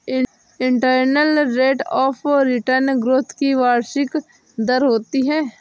internal rate of return growth की वार्षिक दर होती है